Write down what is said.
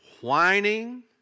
whining